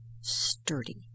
sturdy